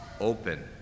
open